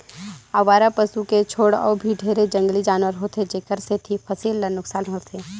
अवारा पसू के छोड़ अउ भी ढेरे जंगली जानवर होथे जेखर सेंथी फसिल ल नुकसान होथे